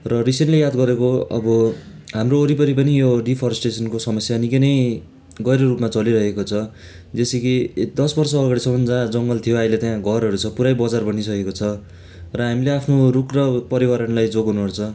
र रिसेन्टली याद गरेको अब हाम्रो वरिपरि पनि यो डिफरेस्टेसनको समस्या निकै नै गहिरो रूपमा चलिरहेको छ जेसै कि दस वर्ष अगाडिसम्म जहाँ जङ्गल थियो अहिले त्यहाँ घरहरू छ पुरै बजार बनिइसकेको छ र हामीले आफ्नो रुख र पर्यावारणलाई जोगाउनु पर्छ